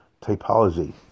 typology